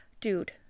dude